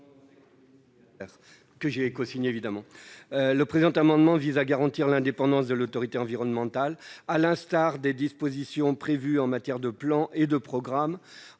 Le présent amendement vise à garantir l'indépendance de l'autorité environnementale, à l'instar de ce que prévoient les dispositions en matière de plans et de programmes,